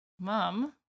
mom